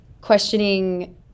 questioning